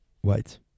White